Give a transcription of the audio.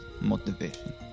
motivation